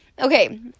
Okay